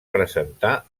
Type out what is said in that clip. presentar